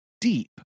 deep